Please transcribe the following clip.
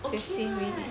okay [what]